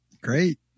Great